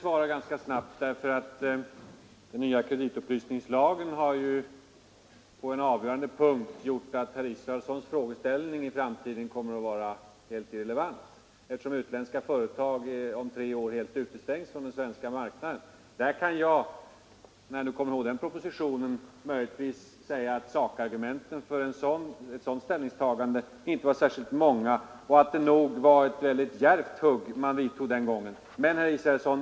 Varför är herr Molin så rädd för att profilera sig i dessa sammanhang, när herr Molin samtidigt konstaterar att det är folkpartiet som driver på?